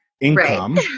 income